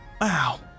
Wow